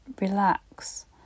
relax